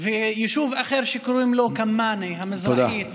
ויישוב אחר שקוראים לו כמאנה המזרחית, תודה.